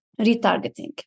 retargeting